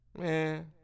Man